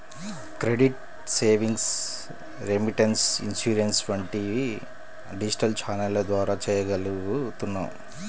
credit, savings, remittance, insurance వంటివి digital ఛానెల్ల ద్వారా చెయ్యగలుగుతున్నాం